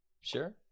Sure